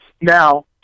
Now